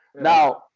Now